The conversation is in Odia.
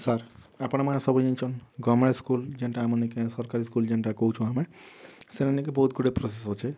ସାର୍ ଆପଣ୍ମାନେ ସବୁ ଜାନିଛନ୍ ଗଭ୍ମେଣ୍ଟ୍ ସ୍କୁଲ୍ ଯେନ୍ଟା ଆମର୍ ନି କାଏଁ ସର୍କାରୀ ସ୍କୁଲ୍ ଯେନ୍ଟା କହୁଛୁଁ ଆମେ ସେନ ନି କାଏଁ ବହୁତ୍ ଗୁଡ଼େ ପ୍ରୋସେସ୍ ଅଛେ